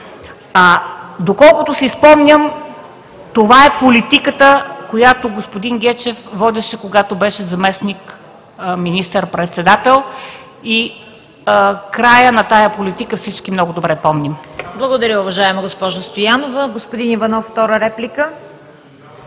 Доколкото си спомням, това е политиката, която господин Гечев водеше, когато беше заместник министър председател и края на тази политика всички много добре помним. ПРЕДСЕДАТЕЛ ЦВЕТА КАРАЯНЧЕВА: Благодаря, уважаема госпожо Стоянова. Господин Иванов – втора реплика.